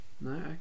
No